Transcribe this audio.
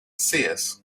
seers